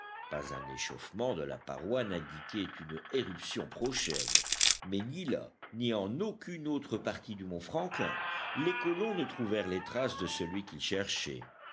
pas un échauffement de la paroi n'indiquaient une éruption prochaine mais ni là ni en aucune autre partie du mont franklin les colons ne trouvèrent les traces de celui qu'ils cherchaient